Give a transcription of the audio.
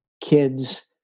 kids